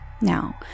Now